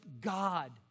God